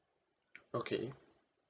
okay